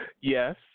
Yes